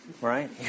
Right